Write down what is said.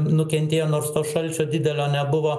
nukentėjo nors to šalčio didelio nebuvo